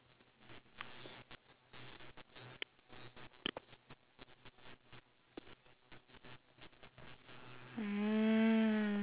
mm